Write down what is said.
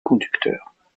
conducteur